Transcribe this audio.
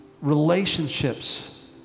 relationships